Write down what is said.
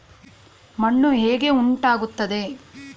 ಮಣ್ಣು ಹೇಗೆ ಉಂಟಾಗುತ್ತದೆ?